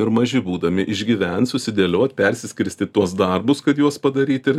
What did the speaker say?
ir maži būdami išgyvent susidėliot persiskirstyt tuos darbus kad juos padaryt ir